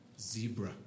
zebra